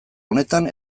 honetan